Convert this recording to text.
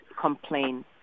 complain